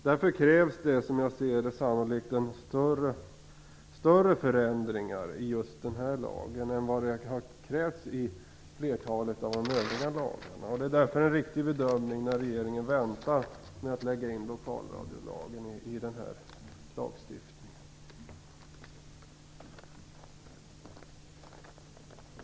Därför krävs det, som jag ser det, sannolikt större förändringar i just den här lagen än vad som krävs i flertalet av de övriga lagarna. Det är därför uttryck för en riktig bedömning när regeringen väntar med att lägga in lokalradiolagen i den här lagstiftningen.